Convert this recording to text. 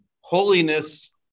holiness